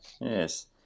yes